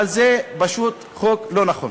אבל זה פשוט חוק לא נכון.